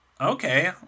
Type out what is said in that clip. Okay